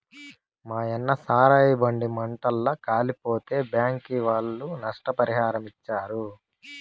మాయన్న సారాయి బండి మంటల్ల కాలిపోతే బ్యాంకీ ఒళ్ళు నష్టపరిహారమిచ్చారు